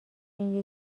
این